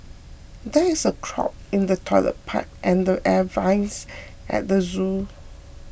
there is a clog in the Toilet Pipe and the Air Vents at the zoo